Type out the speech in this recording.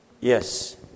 Yes